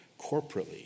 corporately